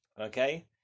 Okay